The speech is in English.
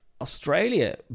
australia